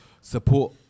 support